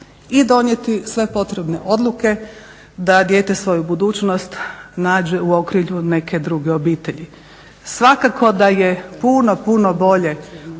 i donijeti sve potrebne odluke da dijete svoju budućnost nađe u okrilju neke druge obitelji. Svakako da je puno, puno bolje,